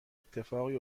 اتفاقی